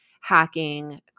hacking